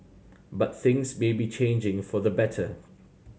but things may be changing for the better